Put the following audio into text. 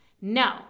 No